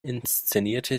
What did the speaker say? inszenierte